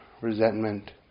resentment